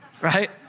right